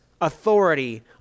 authority